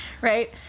right